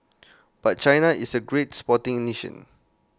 but China is A great sporting nation